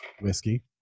Whiskey